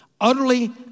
utterly